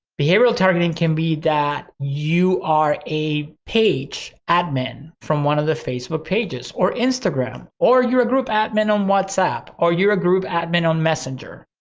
behavioral targeting can be that you are a page admin from one of the facebook pages or instagram, or you're a group admin on whatsapp, or you're a group admin on messenger.